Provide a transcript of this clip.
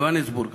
יוהנסבורג,